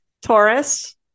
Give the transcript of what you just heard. Taurus